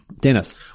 Dennis